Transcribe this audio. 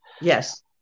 yes